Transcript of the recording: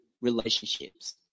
relationships